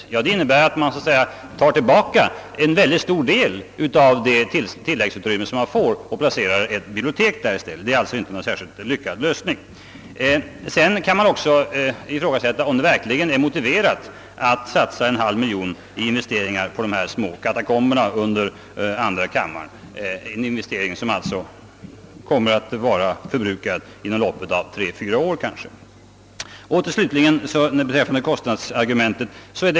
Det skulle innebära att man tog tillbaka en stor del av det tilläggsutrymme man får. Man kan också ifrågasätta om det är motiverat att satsa en halv miljon kronor i investeringar på dessa små katakomber under andra kammaren — ett byggprojekt som måste rivas inom kanske 3—4 år.